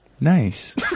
nice